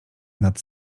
nad